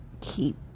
Keep